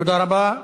תודה רבה.